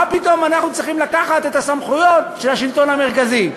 מה פתאום אנחנו צריכים לקחת את הסמכויות של השלטון המרכזי?